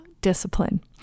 discipline